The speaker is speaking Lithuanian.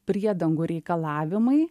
priedangų reikalavimai